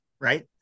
right